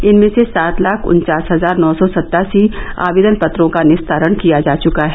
इनमें से सात लाख उन्चास हजार नौ सौ सत्तासी आवेदन पत्रों का निस्तारण किया जा चुका है